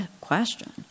question